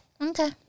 Okay